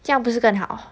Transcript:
这样不是更好